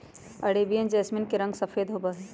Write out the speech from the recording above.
Arabian jasmine के रंग सफेद होबा हई